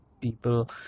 people